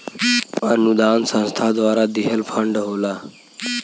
अनुदान संस्था द्वारा दिहल फण्ड होला